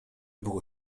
było